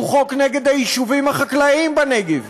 הוא חוק נגד היישובים החקלאיים בנגב,